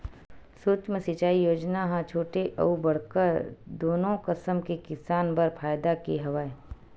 सुक्ष्म सिंचई योजना ह छोटे अउ बड़का दुनो कसम के किसान बर फायदा के हवय